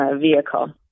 Vehicle